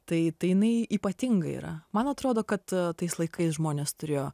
tai tai jinai ypatingai yra man atrodo kad a tais laikais žmonės turėjo